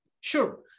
Sure